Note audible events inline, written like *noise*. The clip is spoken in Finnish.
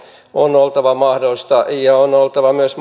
on oltava mahdollista ja myös *unintelligible*